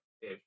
ish